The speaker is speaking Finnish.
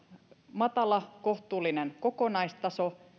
matala kohtuullinen kokonaistaso